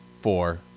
four